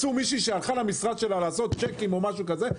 מצאו מישהו שהלכה למשרד שלה לעשות צ'קים או משהו כזה,